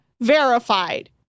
verified